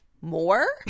more